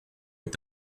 est